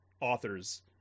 authors